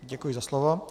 Děkuji za slovo.